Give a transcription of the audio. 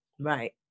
right